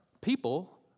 people